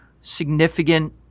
significant